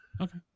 Okay